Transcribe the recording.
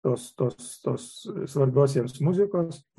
tos tos tos svarbios jiems muzikos